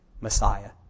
Messiah